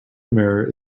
mirror